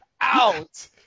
Out